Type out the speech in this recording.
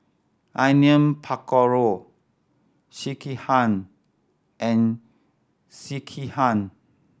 Onion Pakora Sekihan and Sekihan